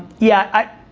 yeah, i,